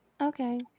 Okay